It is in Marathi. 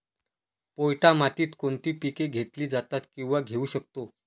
पोयटा मातीत कोणती पिके घेतली जातात, किंवा घेऊ शकतो?